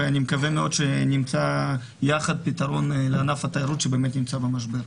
ואני מקווה מאוד שנמצא יחד פתרון לענף התיירות שנמצא במשבר.